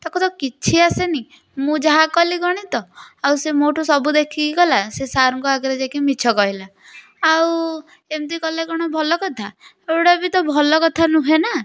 ତାକୁ ତ କିଛି ଆସେନି ମୁଁ ଯାହା କଲି ଗଣିତ ଆଉ ସେ ମୋଠୁ ସବୁ ଦେଖିକି କଲା ସେ ସାର୍ଙ୍କ ଆଗରେ ଯାଇକି ମିଛ କହିଲା ଆଉ ଏମିତି କଲେ କ'ଣ ଭଲ କଥା ଏଗୁଡ଼ା ବି ତ ଭଲ କଥା ନୁହେଁ ନା